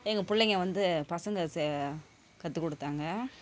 எங்கள் பிள்ளைங்க வந்து பசங்கள் செ கற்று கொடுத்தாங்க